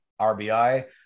RBI